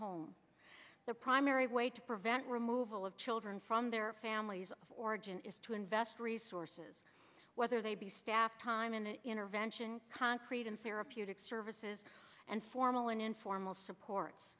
home the primary way to prevent removal of children from their families of origin is to invest resources whether they be staff time in an intervention concrete and therapeutic services and formal and informal supports